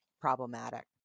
problematic